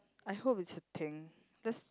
I hope is a thing just